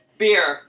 beer